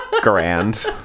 Grand